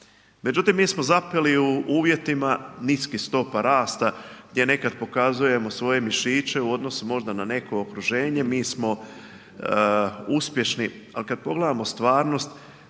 Međutim, mi smo zapeli u uvjetima niskih stopa rasta gdje nekad pokazujemo svoje mišiće u odnosu možda na neko okruženje. Mi smo uspješni, ali kada pogledamo stvarnost